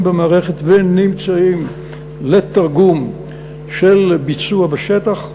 במערכת ונמצאים לתרגום של ביצוע בשטח.